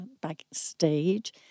backstage